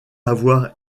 avoir